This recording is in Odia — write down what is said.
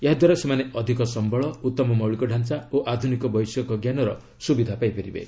ଏହା ଦ୍ୱାରା ସେମାନେ ଅଧିକ ସମ୍ଭଳ ଉତ୍ତମ ମୌଳିକ ଢ଼ାଞ୍ଚା ଓ ଆଧୁନିକ ବୈଷୟିକ ଜ୍ଞାନର ସୁବିଧା ପାଇପାରିବେ